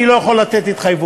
אני לא יכול לתת התחייבות,